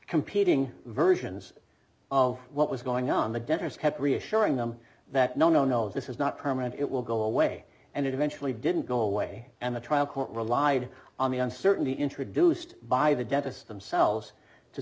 competing versions of what was going on the debtors kept reassuring them that no no no this is not permanent it will go away and it eventually didn't go away and the trial court relied on the uncertainty introduced by the dentist themselves to